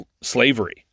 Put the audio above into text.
slavery